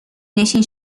نشین